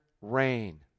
rain